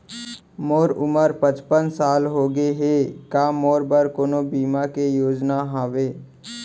मोर उमर पचपन साल होगे हे, का मोरो बर कोनो बीमा के योजना हावे?